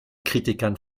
kritikern